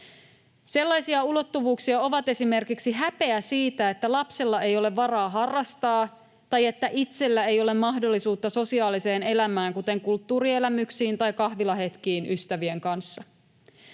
Sellaisia ulottuvuuksia ovat esimerkiksi häpeä siitä, että lapsella ei ole varaa harrastaa tai että itsellä ei ole mahdollisuutta sosiaaliseen elämään, kuten kulttuurielämyksiin tai kahvilahetkiin ystävien kanssa.